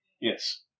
Yes